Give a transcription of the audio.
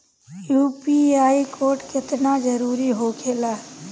UPI code केतना जरुरी होखेला?